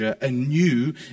anew